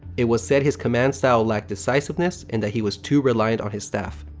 it was said his command style lacked decisiveness and that he was too reliant on his staff.